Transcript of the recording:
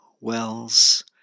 wells